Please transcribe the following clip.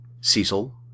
Cecil